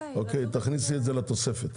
תכניסי את זה לתוספת.